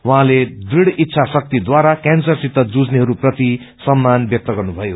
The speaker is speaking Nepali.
उहाँले ढूड़ इच्छा शक्ति ढारा क्यांसरसित जुझनेहरू प्रति सम्मान ब्यक्त गर्नुभयो